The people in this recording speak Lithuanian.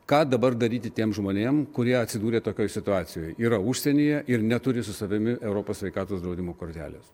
ką dabar daryti tiem žmonėm kurie atsidūrė tokioj situacijoj yra užsienyje ir neturi su savimi europos sveikatos draudimo kortelės